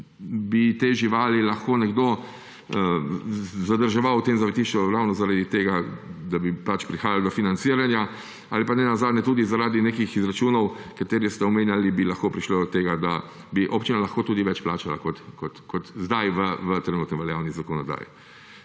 bi te živali lahko nekdo zadrževal v tem zavetišču v glavnem zaradi tega, da bi prihajalo do financiranja, ali pa nenazadnje tudi zaradi nekih izračunov, katere ste omenjali, bi lahko prišlo do tega, da bi občina lahko tudi več plačala kot zdaj v trenutno veljavni zakonodaji.